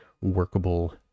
workable